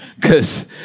Cause